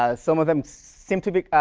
ah some of them seemed too big.